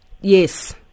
Yes